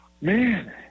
man